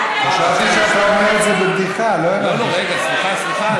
חשבתי שאתה אומר את זה, לא, רגע, סליחה.